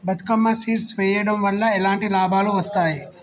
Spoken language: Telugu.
బతుకమ్మ సీడ్ వెయ్యడం వల్ల ఎలాంటి లాభాలు వస్తాయి?